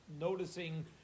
noticing